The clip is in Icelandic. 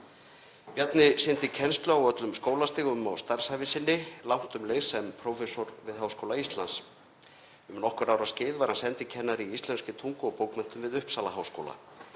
Bjarni sinnti kennslu á öllum skólastigum á starfsævi sinni, langtum lengst sem prófessor við Háskóla Íslands. Um nokkurra ára skeið var hann sendikennari í íslenskri tungu og bókmenntum við Uppsalaháskóla.